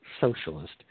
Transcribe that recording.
socialist